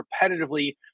repetitively